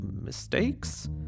mistakes